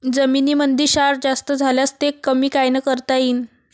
जमीनीमंदी क्षार जास्त झाल्यास ते कमी कायनं करता येईन?